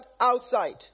outside